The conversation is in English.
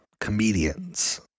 comedians